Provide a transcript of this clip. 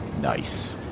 Nice